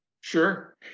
Sure